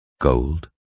Gold